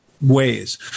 ways